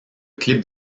clip